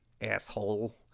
asshole